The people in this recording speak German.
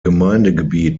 gemeindegebiet